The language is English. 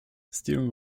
steering